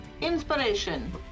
Inspiration